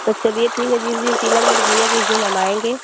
तो चलिये ठीक है जिस दिन तिलक है मेरे भैया का उस दिन हम आएंगे